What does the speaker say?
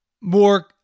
more